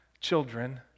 children